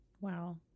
Wow